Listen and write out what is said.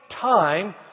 time